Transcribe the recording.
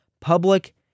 public